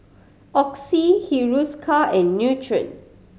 Oxy Hiruscar and Nutren